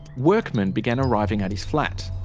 workmen began arriving at his flat.